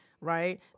right